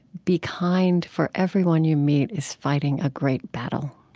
be kind for everyone you meet is fighting a great battle.